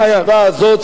שהממשלה היציבה הזאת,